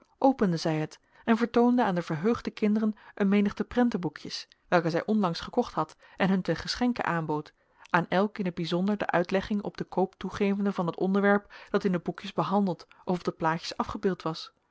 opende zij het en vertoonde aan de verheugde kinderen een menigte prentenboekjes welke zij onlangs gekocht had en hun ten geschenke aanbood aan elk in t bijzonder de uitlegging op den koop toegevende van het onderwerp dat in de boekjes behandeld of op de plaatjes afgebeeld was